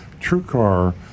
TrueCar